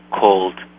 called